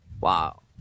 Wow